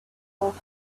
off